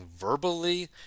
verbally